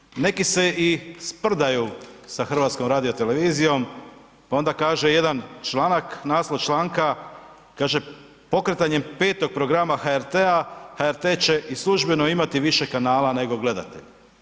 Nažalost neki se i sprdaju sa HRT-om pa onda kaže jedan članak, naslov članka kaže, pokretanjem 5. programa HRT-a, HRT će i službeno imati više kanala nego gledatelja.